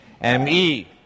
M-E